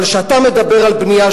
אבל כשאתה מדבר על בנייה,